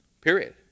period